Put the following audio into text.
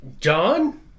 John